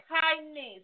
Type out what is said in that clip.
kindness